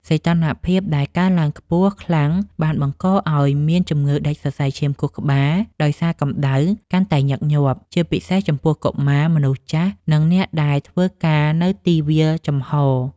សីតុណ្ហភាពដែលកើនឡើងខ្ពស់ខ្លាំងបានបង្កឱ្យមានជំងឺដាច់សរសៃឈាមខួរក្បាលដោយសារកម្ដៅ កាន់តែញឹកញាប់ ជាពិសេសចំពោះកុមារ មនុស្សចាស់ និងអ្នកដែលធ្វើការនៅទីវាលចំហ។